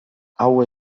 hau